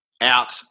out